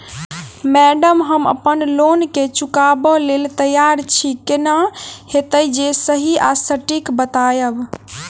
Madam हम अप्पन loan केँ चुकाबऽ लैल तैयार छी केना हएत जे सही आ सटिक बताइब?